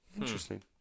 Interesting